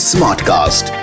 Smartcast